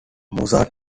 mozart